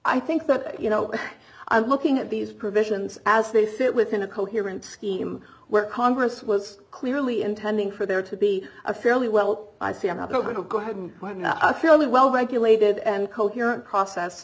i think that you know i'm looking at these provisions as they sit within a coherent scheme where congress was clearly intending for there to be a fairly well i say i'm not going to go home why not a fairly well regulated and coherent process